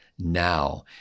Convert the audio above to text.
Now